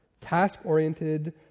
task-oriented